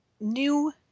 new